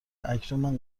اکنون